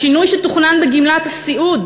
השינוי שתוכנן בגמלת הסיעוד,